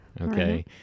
okay